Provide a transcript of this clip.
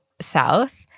south